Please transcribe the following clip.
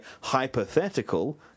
hypothetical